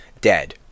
Dead